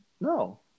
no